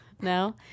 No